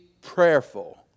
prayerful